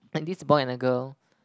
like this boy and a girl